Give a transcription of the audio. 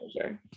sure